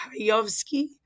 Hayovsky